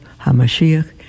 HaMashiach